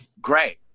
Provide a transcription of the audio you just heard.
Great